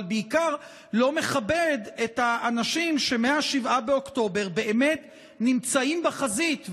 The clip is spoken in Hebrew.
אבל בעיקר לא מכבד את האנשים שמ-7 באוקטובר באמת נמצאים בחזית.